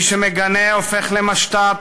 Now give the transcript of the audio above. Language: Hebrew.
מי שמגנה הופך למשת"פ,